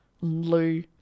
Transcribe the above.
Lou